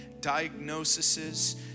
diagnoses